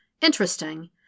Interesting